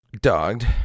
Dogged